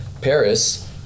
Paris